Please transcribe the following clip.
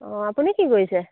অঁ আপুনি কি কৰিছে